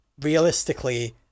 realistically